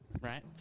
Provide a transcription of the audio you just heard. right